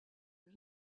and